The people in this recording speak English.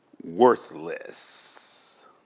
worthless